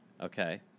Okay